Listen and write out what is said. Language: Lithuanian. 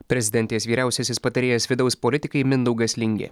prezidentės vyriausiasis patarėjas vidaus politikai mindaugas lingė